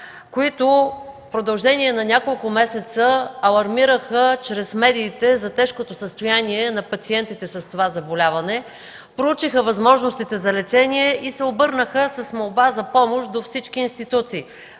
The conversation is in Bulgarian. които в продължение на няколко месеца алармираха чрез медиите за тежкото състояние на пациентите с това заболяване, проучиха възможностите за лечение и се обърнаха с молба за помощ до всички институции